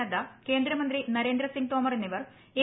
നദ്ദ കേന്ദ്രമന്ത്രി നരേന്ദ്രസിംഗ് തോമർ എന്നിവർ എൻ